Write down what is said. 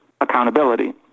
accountability